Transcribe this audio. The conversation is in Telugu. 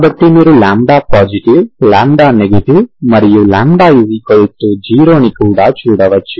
కాబట్టి మీరు λ పాజిటివ్ λ నెగటివ్ మరియు λ 0ని కూడా చూడవచ్చు